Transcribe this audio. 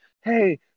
Hey